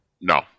No